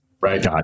right